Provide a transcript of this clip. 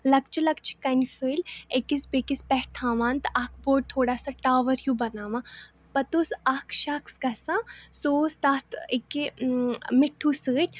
لۅکچہِ لۅکچہِ کَنہِ پھٔلۍ أکِس بیٚیِس پٮ۪ٹھ تھاوان تہٕ اَکھ بوٚڈ تھوڑا سا ٹاوَر ہیٛوٗ بَناوان پَتہٕ اوس اَکھ شَخص گژھان سُہ اوس تَتھ أکہِ مِٹھوٗ سۭتۍ